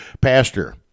Pastor